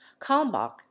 kalmbach